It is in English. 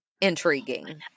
intriguing